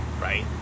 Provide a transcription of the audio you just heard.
right